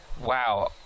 wow